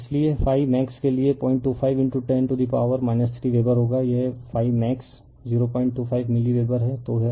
refer slide time 3237 इसलिए ∅ max के लिए 02510 टू डा पावर 3 वेबर होगा यह ∅ मैक्स 025 मिली वेबर है